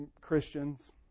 Christians